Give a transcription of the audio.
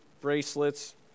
bracelets